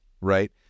right